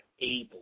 able